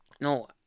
No